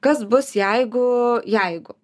kas bus jeigu jeigu